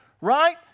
right